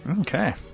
Okay